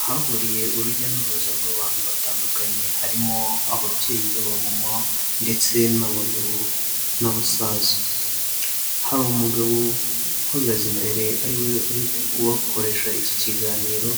Ahahuriye urujya n'uruza rw'abantu batandukanye harimo ababyeyi babamama ndetse n'abagabo n'abasaza. Hari umugabo uhagaze imbere ariwe uri kubakoresha iki kiganiro